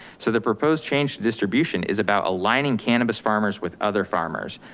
so the proposed change to distribution is about aligning cannabis farmers with other farmers.